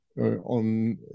on